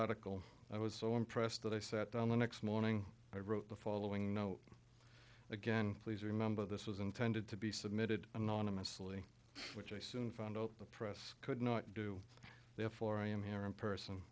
article i was so impressed that i sat down the next morning i wrote the following note again please remember this was intended to be submitted anonymously which i soon found out the press could not do therefore i am here in person